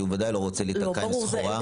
כי הוא בוודאי לא רוצה להיתקע עם סחורה.